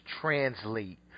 translate